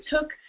took